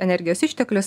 energijos išteklius